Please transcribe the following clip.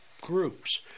groups